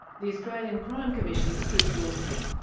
the australian crime commission's chris dawson.